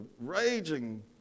raging